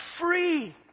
free